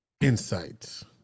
insights